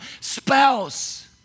spouse